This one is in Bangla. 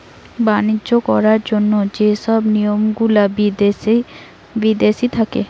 বাণিজ্য করার জন্য যে সব নিয়ম গুলা বিদেশি থাকে